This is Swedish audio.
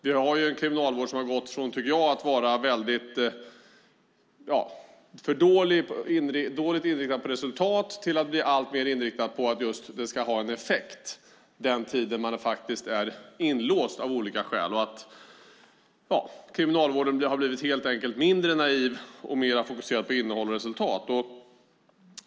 Vi har en kriminalvård som gått från att vara dåligt inriktad på resultat till att bli alltmer inriktad på att ha effekt. Det gäller alltså den tid man faktiskt av olika skäl är inlåst. Kriminalvården har helt enkelt blivit mindre naiv och mer fokuserad på innehåll och resultat.